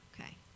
Okay